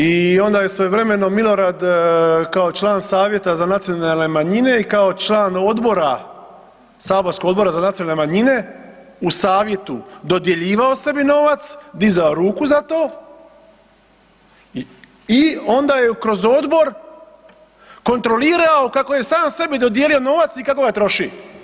I onda je svojevremeno Milorad kao član savjeta za nacionalne manjine i kao član odbora, saborskog Odbora za nacionalne manjine u savjetu dodjeljivao sebi novac, dizao ruku za to i onda je kroz odbor kontrolirao kako je sam sebi dodijelio novac i kako ga troši.